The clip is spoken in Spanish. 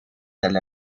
del